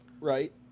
Right